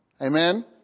Amen